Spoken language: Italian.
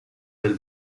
del